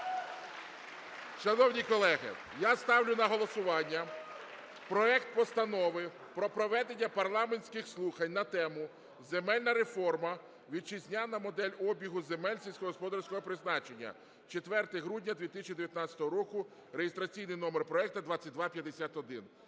Шановні колеги, я ставлю на голосування проект Постанови про проведення парламентських слухань на тему: "Земельна реформа: вітчизняна модель обігу земель сільськогосподарського призначення" (4 грудня 2019 року) (реєстраційний номер проекту 2251).